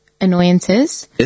annoyances